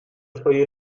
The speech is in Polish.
twoi